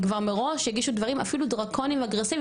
כבר מראש הגישו דברים אפילו דרקוניים ואגרסיביים,